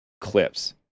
clips